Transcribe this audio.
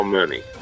money